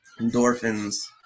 endorphins